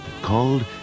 called